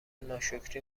ناشکری